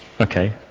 Okay